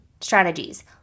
strategies